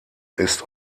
ist